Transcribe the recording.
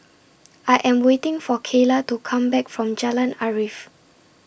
I Am waiting For Kaylah to Come Back from Jalan Arif